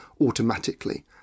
automatically